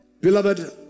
Beloved